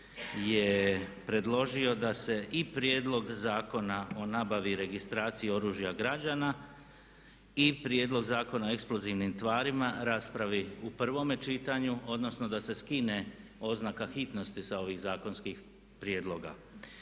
je predložio da se i prijedlog Zakona o nabavi i registraciji oružja građana i prijedlog Zakona o eksplozivnim tvarima raspravi u prvome čitanju odnosno da se skine oznaka hitnosti sa ovih zakonskih prijedloga.